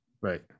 Right